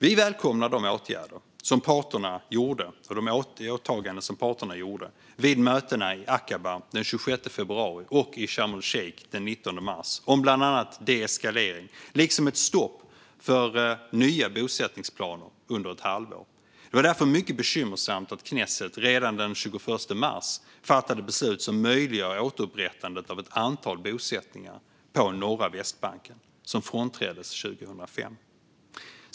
Vi välkomnar de åtaganden som parterna har påtagit sig vid mötena i Aqaba den 26 februari och i Sharm el-Sheikh den 19 mars om bland annat deeskalering liksom ett stopp för nya bosättningsplaner under ett halvår. Det var därför mycket bekymmersamt att knesset redan den 21 mars fattade beslut som möjliggör återupprättandet av ett antal bosättningar på norra Västbanken som frånträddes 2005.